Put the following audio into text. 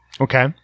Okay